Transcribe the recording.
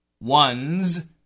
one's